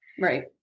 Right